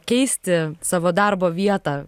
keisti savo darbo vietą